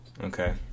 Okay